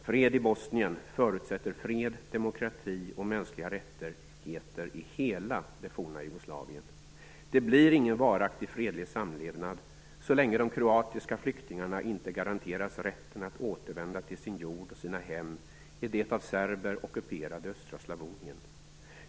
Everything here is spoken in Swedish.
Fred i Bosnien förutsätter fred, demokrati och mänskliga rättigheter i hela det forna Jugoslavien. Det blir ingen varaktig fredlig samlevnad så länge de kroatiska flyktingarna inte garanteras rätten att återvända till sin jord och sina hem i det av serber ockuperade Östra Slavonien.